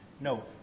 No